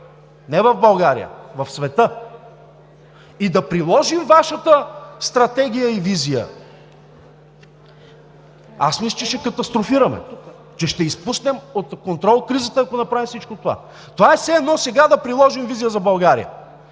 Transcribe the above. не в България, в света, и да приложим Вашата стратегия и визия!? Аз мисля, че ще катастрофираме, че ще изпуснем от контрол кризата, ако направим всичко това. Това е все едно сега да приложим „Визия за България“.